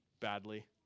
badly